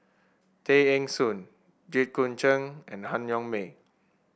Tay Eng Soon Jit Koon Ch'ng and Han Yong May